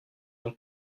mon